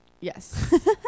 Yes